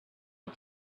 had